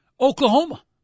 Oklahoma